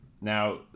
now